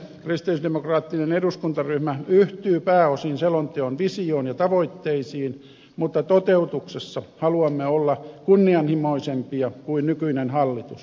kristillisdemokraattinen eduskuntaryhmä yhtyy pääosin selonteon visioon ja tavoitteisiin mutta toteutuksessa haluamme olla kunnianhimoisempia kuin nykyinen hallitus